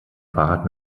fahrrad